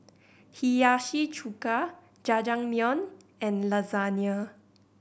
Hiyashi Chuka Jajangmyeon and Lasagne